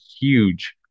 huge